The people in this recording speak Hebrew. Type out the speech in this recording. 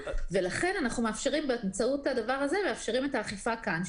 ולכן באמצעות הדבר הזה אנחנו מאפשרים את האכיפה כאן,